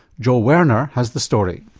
joel werner has the story.